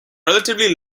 relatively